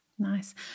Nice